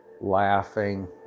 laughing